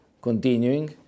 continuing